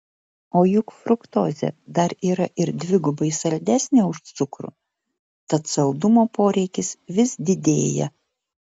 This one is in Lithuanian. o juk fruktozė dar yra ir dvigubai saldesnė už cukrų tad saldumo poreikis vis didėja